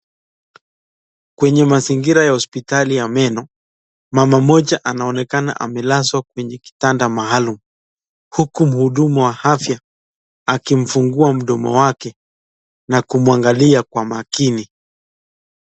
Kwenye mazingira ya hospitali ya meno, mama moja anaonekana amelazwa kwenye kitanda maalum, huku muhudumu wa afya akimfungua mdomo wake na kumuangalia kwa makini.